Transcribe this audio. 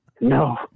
No